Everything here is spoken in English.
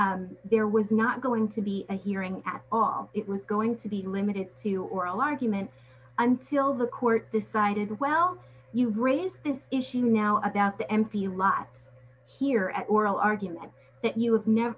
there was not going to be a hearing at all it was going to be limited to oral arguments until the court decided well you've raised this issue now about the empty lots here at oral argument that you have n